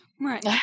Right